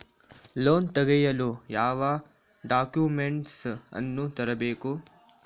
Loan ತೆಗೆಯಲು ಯಾವ documents ಅನ್ನು ತರಬೇಕು?